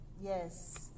Yes